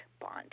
bond